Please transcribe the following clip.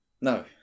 No